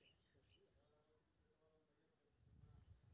धान के खेती लय एक एकड़ में कते मिक्चर खाद के उपयोग करल जाय?